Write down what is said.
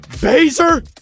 Baser